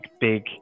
big